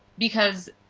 because,